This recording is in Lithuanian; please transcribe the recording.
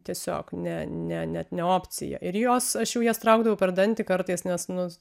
tiesiog ne ne net ne opcija ir jos aš jau jas traukdavau per dantį kartais nes nu